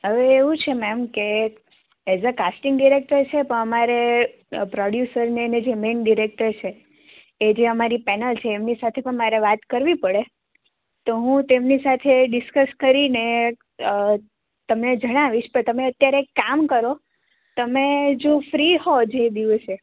હવે એવું છે મેમ કે એઝ એ કાસ્ટિંગ ડીરેક્ટર છે પણ અમારે પ્રોડ્યુસરને અને જે મેઇન ડિરેક્ટર છે એ જે અમારી પેનલ છે એમની સાથે પણ મારે વાત કરવી પડે તો હું તેમની સાથે ડિસકસ કરીને તમને જણાવીશ તમે અત્યારે એક કામ કરો તમે જો ફ્રી હોવ જે દિવસે